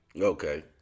Okay